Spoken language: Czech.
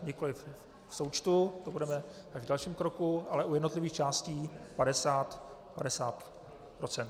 Nikoliv v součtu, to bude až v dalším kroku, ale u jednotlivých částí: padesát padesát procent.